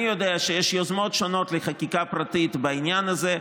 אני יודע שיש יוזמות שונות לחקיקה פרטית בעניין הזה,